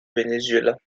venezuela